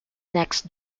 next